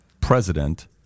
president